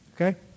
okay